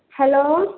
hello